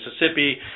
Mississippi